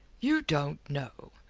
you don't know?